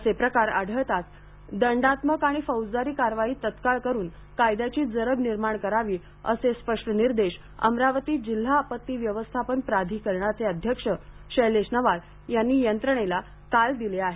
असे प्रकार आढळताच दंडात्मक आणि फौजदारी कारवाई तत्काळ करून कायद्याची जरब निर्माण करावी असे स्पष्ट निर्देश अमरावती जिल्हा आपत्ती व्यवस्थापन प्राधिकरणाचे अध्यक्ष शैलेश नवाल यांनी यंत्रणेला काल दिले आहेत